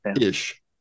Ish